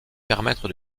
permettre